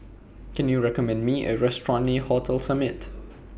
Can YOU recommend Me A Restaurant near Hotel Summit